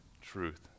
truth